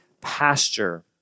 pasture